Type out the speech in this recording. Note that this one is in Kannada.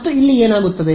ಮತ್ತು ಇಲ್ಲಿ ಏನಾಗುತ್ತದೆ